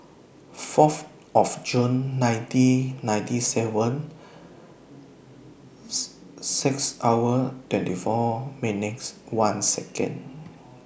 Fourth of June nineteen ninety seven six hour twenty four minutes one Second